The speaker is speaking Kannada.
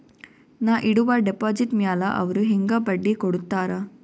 ನಾ ಇಡುವ ಡೆಪಾಜಿಟ್ ಮ್ಯಾಲ ಅವ್ರು ಹೆಂಗ ಬಡ್ಡಿ ಕೊಡುತ್ತಾರ?